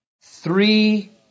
three